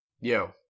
Yo